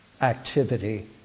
activity